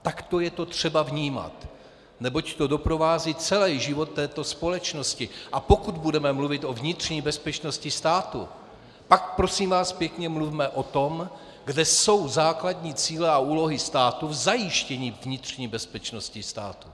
Takto je to třeba vnímat, neboť to doprovází celý život této společnosti, a pokud budeme mluvit o vnitřní bezpečnosti státu, pak prosím vás pěkně mluvme o tom, kde jsou základní cíle a úlohy státu v zajištění vnitřní bezpečnosti státu.